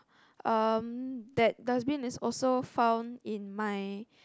um that dustbin is also found in my